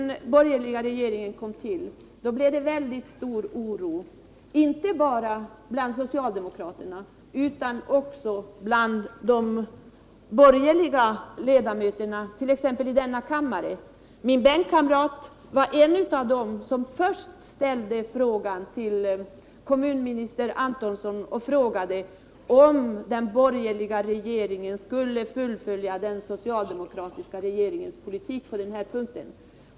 När den borgerliga regeringen tillträdde blev det väldigt stor oro inte bara bland socialdemokraterna utan också bland de borgerliga ledamöterna t.ex. i denna kammare. Min bänkkamrat var en av dem som först ställde en fråga till kommunminister Antonsson. Han frågade om den borgerliga regeringen skulle fullfölja den socialdemokratiska regeringens politik på den punkten.